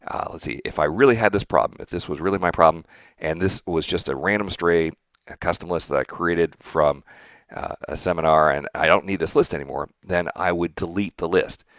let's see. if i really had this problem, if this was really my problem and this was just a random stray custom list that i created from a seminar, and i don't need this list anymore, then i would delete the list.